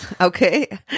Okay